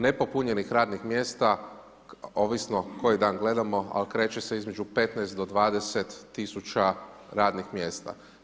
Nepopunjenih radnih mjesta, ovisno koji dan gledamo, ali kreće se između 15 do 20 000 radnih mjesta.